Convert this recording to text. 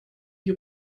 die